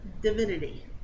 divinity